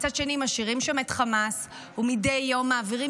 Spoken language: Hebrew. ומצד שני משאירים שם את חמאס ומדי יום מעבירים